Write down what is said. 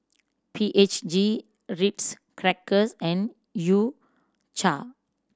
P H G Ritz Crackers and U Cha